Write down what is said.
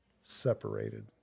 separated